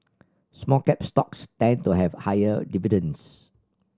small cap stocks tend to have higher dividends